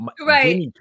right